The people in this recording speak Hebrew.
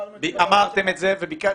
אמרנו את זה בוועדה שלך.